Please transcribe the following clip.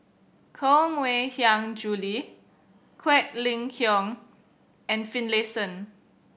Koh Mui Hiang Julie Quek Ling Kiong and Finlayson